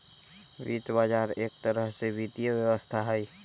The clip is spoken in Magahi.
वित्त बजार एक तरह से वित्तीय व्यवस्था हई